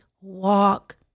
walk